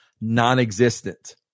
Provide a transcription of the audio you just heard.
non-existent